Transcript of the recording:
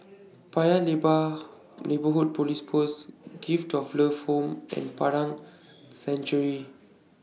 Paya Lebar Neighbourhood Police Post Gift of Love Home and Padang Century